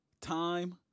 time